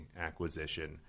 acquisition